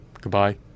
Goodbye